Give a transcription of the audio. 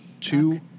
two